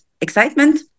excitement